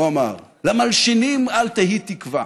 הוא אמר, למלשינים אל תהי תקווה,